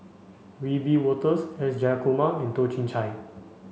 Wiebe Wolters S Jayakumar and Toh Chin Chye